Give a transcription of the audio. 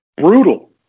brutal